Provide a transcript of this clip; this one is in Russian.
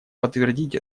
подтвердить